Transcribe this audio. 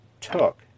took